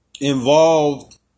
involved